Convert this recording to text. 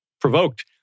provoked